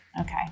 Okay